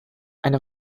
eine